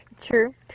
True